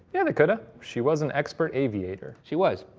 yeah, they could've. she was an expert aviator. she was.